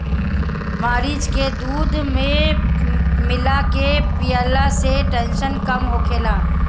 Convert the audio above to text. मरीच के दूध में मिला के पियला से टेंसन कम होखेला